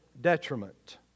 detriment